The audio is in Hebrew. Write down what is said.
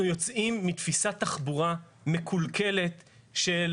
אנחנו יוצאים מתפיסת תחבורה מקולקלת של